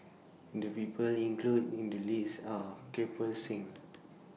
The People included in The list Are Kirpal Singh